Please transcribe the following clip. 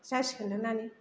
जासिगोनदां नानि